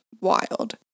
wild